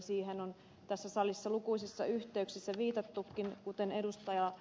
siihen on tässä salissa lukuisissa yhteyksissä viitattukin kuten ed